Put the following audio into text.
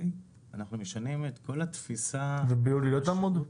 אנחנו משנים את כל התפיסה --- ביולי היא לא תעמוד?